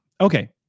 Okay